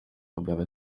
objawy